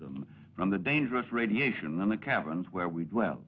them from the dangerous radiation in the cabins where we dwell